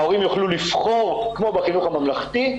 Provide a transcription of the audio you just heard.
ההורים יוכלו לבחור כמו בחינוך הממלכתי,